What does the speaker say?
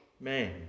man